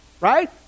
right